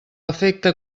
afecte